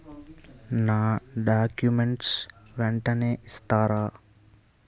నా డాక్యుమెంట్స్ వెంటనే ఇస్తారా?